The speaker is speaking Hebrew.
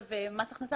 עסקה,